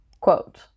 quote